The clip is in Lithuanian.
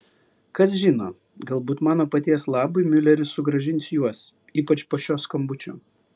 kas žino galbūt mano paties labui miuleris sugrąžins juos ypač po šio skambučio